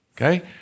Okay